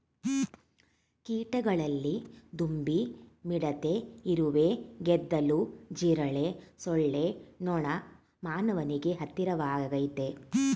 ಕೀಟಗಳಲ್ಲಿ ದುಂಬಿ ಮಿಡತೆ ಇರುವೆ ಗೆದ್ದಲು ಜಿರಳೆ ಸೊಳ್ಳೆ ನೊಣ ಮಾನವನಿಗೆ ಹತ್ತಿರವಾಗಯ್ತೆ